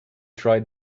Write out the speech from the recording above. tried